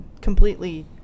completely